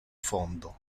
fondo